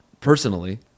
personally